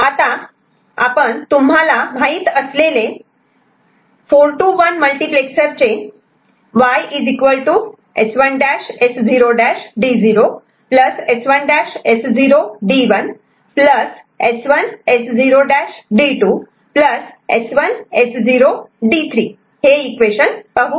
आता आपण तुम्हाला माहीत असलेले 4 to 1 मल्टिप्लेक्सर चे Y S1'S0'D0 S1'S0D1 S1S0'D2 S1S0D3 equation पाहू